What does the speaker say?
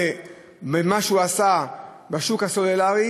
במה שהוא עשה בשוק הסלולר,